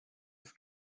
was